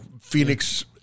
Phoenix-